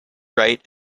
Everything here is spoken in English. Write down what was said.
right